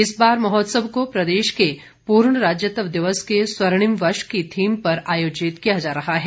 इस बार महोत्सव को प्रदेश के पूर्ण राज्यत्व दिवस के स्वर्णिम वर्ष की थीम पर आयोजित किया जा रहा है